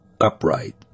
upright